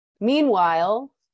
Meanwhile